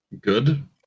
good